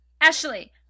Ashley